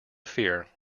fear